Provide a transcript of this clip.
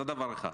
זה דבר אחד.